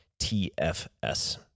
TFS